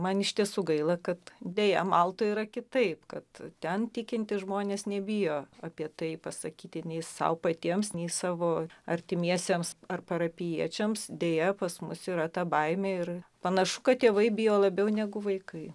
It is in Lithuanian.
man iš tiesų gaila kad deja maltoje yra kitaip kad ten tikintys žmonės nebijo apie tai pasakyti nei sau patiems nei savo artimiesiems ar parapijiečiams deja pas mus yra ta baimė ir panašu kad tėvai bijo labiau negu vaikai